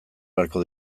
beharko